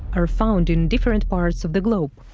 ah were found in different parts of the